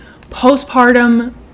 postpartum